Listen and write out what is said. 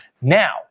Now